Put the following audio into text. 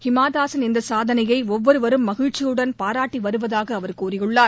ஹிமாதாஸின் இந்த சாதனையை ஒவ்வொருவரும் மகிழ்ச்சியுடன் பாராட்டி வருவதாக அவர் கூறியுள்ளார்